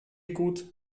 gut